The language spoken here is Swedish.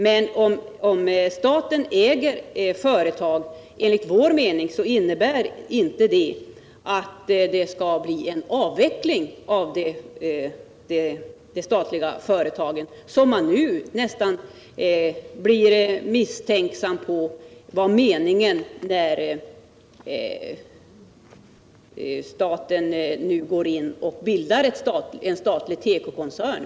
Men om staten äger företag så innebär inte det, enligt vår mening, en avveckling av de statliga företagen, som man nu nästan blir misstänksam är meningen när staten nu går in och bildar en statlig tekokoncern.